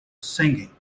singing